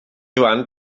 joan